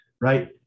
right